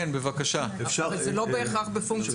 אבל זה לא בהכרח בפונקציה ישירה.